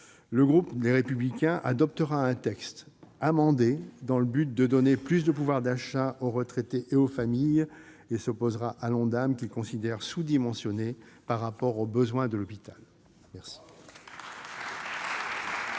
le groupe Les Républicains adoptera un texte amendé en vue de donner plus de pouvoir d'achat aux retraités et aux familles et s'opposera à l'Ondam, qu'il considère sous-dimensionné par rapport aux besoins de l'hôpital. Bravo